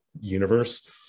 universe